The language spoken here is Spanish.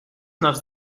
nos